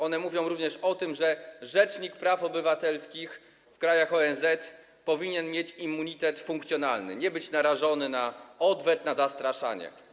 One mówią o tym, że rzecznik praw obywatelskich w krajach ONZ powinien mieć immunitet funkcjonalny, nie powinien być narażony na odwet, na zastraszanie.